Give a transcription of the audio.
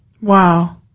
Wow